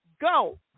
Go